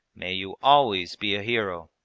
may you always be a hero,